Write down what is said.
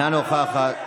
עם ישראל חי.